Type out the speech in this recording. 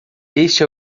este